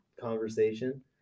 conversation